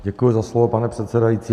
Děkuji za slovo, pane předsedající.